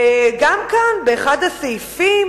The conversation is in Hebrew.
וגם כאן באחד הסעיפים: